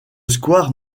square